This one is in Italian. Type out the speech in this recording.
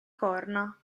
corna